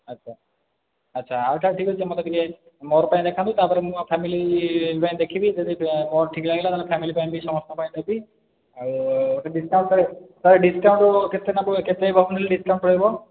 ଆଚ୍ଛା ଆଚ୍ଛା ଆଉ ତା'ହେଲେ ଠିକ୍ ଅଛି ମୋତେ ଟିକେ ମୋର ପାଇଁ ଦେଖାନ୍ତୁ ତା'ପରେ ଫାମିଲି ପାଇଁ ଦେଖିବି ଯଦି ମୋର ଠିକ୍ ଲାଗିଲା ଫାମିଲି ପାଇଁ ବି ସମସ୍ତଙ୍କ ପାଇଁ ନେବି ଆଉ ଡିସ୍କାଉଣ୍ଟ ଡିସ୍କାଉଣ୍ଟ କେତେ ନେବୁ କେତେ ପରସେଣ୍ଟ୍ ନେଲେ ଡିସ୍କାଉଣ୍ଟ ରହିବ